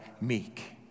meek